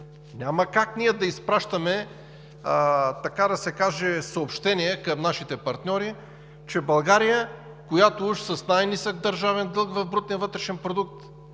Няма как ние да изпращаме, така да се каже, съобщение към нашите партньори, че България, която уж е с най-нисък държавен дълг в брутния вътрешен продукт,